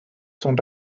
son